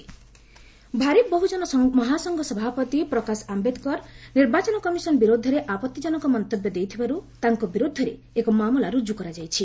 EC Prakash Ambedkar Bharip Bahujan Mahasangh ସଭାପତି ପ୍ରକାଶ ଆମ୍ବେଦକର ନିର୍ବାଚନ commission ବିରୁଦ୍ଧରେ ଆପଭିଜନକ ମନ୍ତବ୍ୟ ଦେଇଥିବାରୁ ତାଙ୍କ ବିରୁଦ୍ଧରେ ଏକ ମାମଲା ରୁକୁ କରାଯାଇଛି